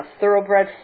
thoroughbred